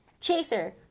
Chaser